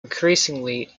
increasingly